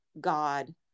God